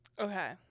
Okay